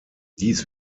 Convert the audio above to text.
dies